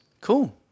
Cool